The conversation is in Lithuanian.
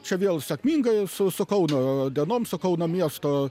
čia vėl sėkmingai su su kauno dienom su kauno miesto